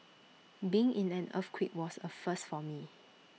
being in an earthquake was A first for me